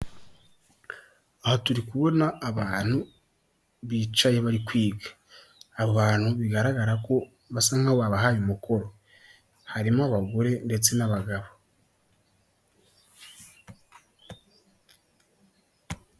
Aha turi kubona abantu bicaye bari kwiga, abo bantu bigaragara ko basa nkaho babahaye umukoro, harimo abagore ndetse n'abagabo.